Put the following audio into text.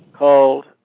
called